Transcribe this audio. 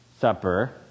Supper